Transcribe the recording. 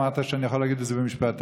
אמרת שאני יכול להגיד את זה במשפט אחד.